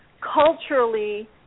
culturally